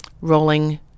rolling